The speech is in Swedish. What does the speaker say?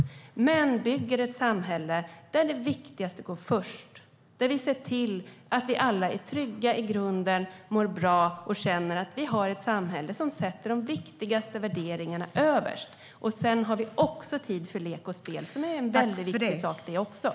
Samtidigt måste vi bygga ett samhälle där det viktigaste går först och där vi ser till att alla är trygga i grunden, mår bra och känner att vi har ett samhälle som sätter de viktigaste värderingarna överst. Sedan har vi också tid för lek och spel, vilket också är viktigt.